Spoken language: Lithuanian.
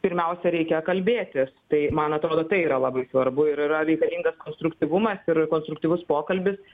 pirmiausia reikia kalbėtis tai man atrodo tai yra labai svarbu ir yra reikalingas konstruktyvumas ir konstruktyvus pokalbis